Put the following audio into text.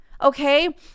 Okay